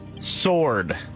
sword